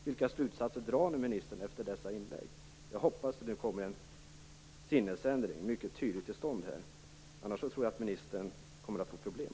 Vilka slutsatser drar ministern efter de här inläggen? Jag hoppas att det nu kommer en mycket tydlig sinnesändring till stånd, annars tror jag att ministern kommer att få problem.